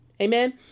Amen